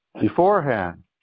beforehand